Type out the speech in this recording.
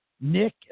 Nick